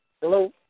hello